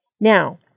Now